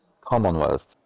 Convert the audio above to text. Commonwealth